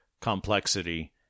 complexity